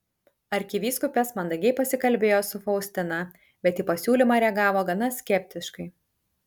arkivyskupas mandagiai pasikalbėjo su faustina bet į siūlymą reagavo gana skeptiškai